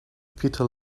peter